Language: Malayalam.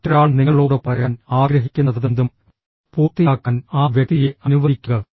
മറ്റൊരാൾ നിങ്ങളോട് പറയാൻ ആഗ്രഹിക്കുന്നതെന്തും പൂർത്തിയാക്കാൻ ആ വ്യക്തിയെ അനുവദിക്കുക